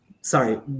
Sorry